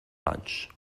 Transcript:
lunch